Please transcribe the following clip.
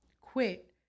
quit